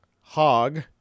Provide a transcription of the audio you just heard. hog